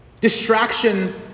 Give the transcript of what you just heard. distraction